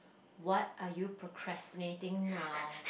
what are you procrastinating now